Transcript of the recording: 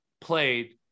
played